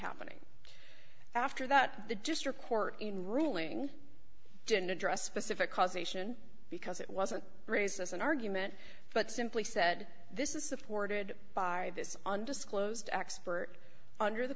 happening after that the district court in ruling didn't address specific causation because it wasn't raised as an argument but simply said this is supported by this undisclosed expert under the